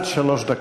עד שלוש דקות.